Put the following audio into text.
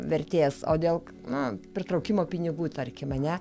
vertės o dėl na pritraukimo pinigų tarkime ane